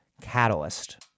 Catalyst